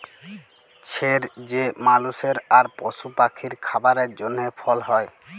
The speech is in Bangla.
ছের যে মালুসের আর পশু পাখির খাবারের জ্যনহে ফল হ্যয়